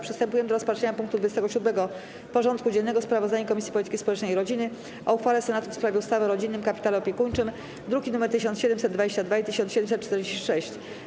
Przystępujemy do rozpatrzenia punktu 27. porządku dziennego: Sprawozdanie Komisji Polityki Społecznej i Rodziny o uchwale Senatu w sprawie ustawy o rodzinnym kapitale opiekuńczym (druki nr 1722 i 1746)